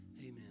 Amen